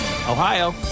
Ohio